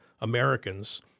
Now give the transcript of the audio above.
Americans